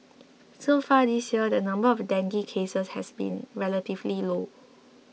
so far this year the number of dengue cases has been relatively low